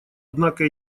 однако